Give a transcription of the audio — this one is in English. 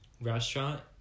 restaurant